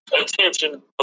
attention